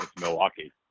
Milwaukee